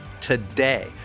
today